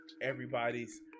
Everybody's